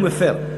הוא מפר,